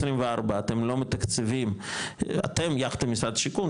אתם לא מתקצבים - אתם יחד עם משרד השיכון,